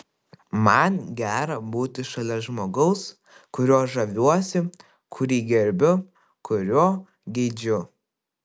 man gera būti šalia žmogaus kuriuo žaviuosi kurį gerbiu kurio geidžiu